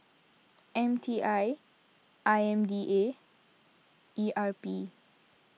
M T I I M D A E R P